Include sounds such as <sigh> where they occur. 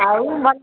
ଆଉ <unintelligible>